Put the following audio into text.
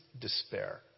despair